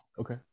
Okay